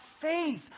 faith